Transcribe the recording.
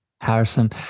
Harrison